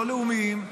לא לאומיים,